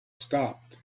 stopped